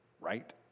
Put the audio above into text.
right